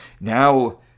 Now